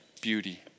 beauty